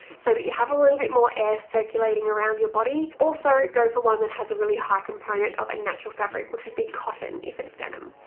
so that you have a little bit more air circulating around your body. also, go for one that has a really high component of a natural fabric which would be cotton if it's denim.